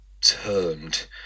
turned